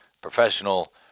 professional